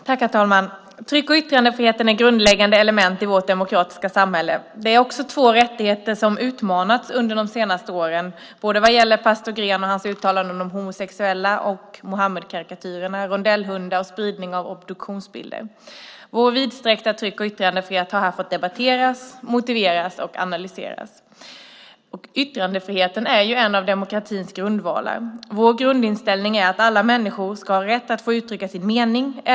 Herr talman! Tryck och yttrandefriheten är grundläggande element i vårt demokratiska samhälle. Det är också två rättigheter som har utmanats under de senaste åren vad gäller både pastor Åke Green och hans uttalanden om homosexuella och Muhammedkarikatyrerna, rondellhundar och spridning av obduktionsbilder. Vår vidsträckta tryck och yttrandefrihet har här fått debatteras, motiveras och analyseras. Yttrandefriheten är en av demokratins grundvalar. Vår grundinställning är att alla människor ska ha rätt att få uttrycka sin mening.